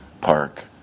Park